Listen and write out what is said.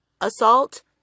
assault